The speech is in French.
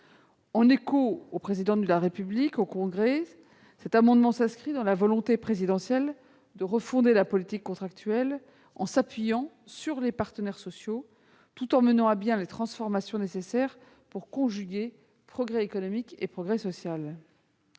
par le Président de la République devant le Congrès, cet amendement s'inscrit dans la volonté présidentielle de refonder la politique contractuelle, en s'appuyant sur les partenaires sociaux, tout en menant à bien les transformations nécessaires pour conjuguer progrès économique et progrès social.